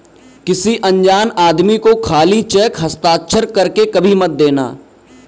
किसी अनजान आदमी को खाली चेक हस्ताक्षर कर के कभी मत देना